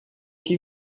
que